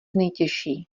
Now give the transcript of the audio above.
nejtěžší